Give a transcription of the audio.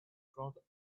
front